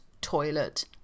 toilet